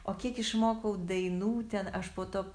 o kiek išmokau dainų ten aš po to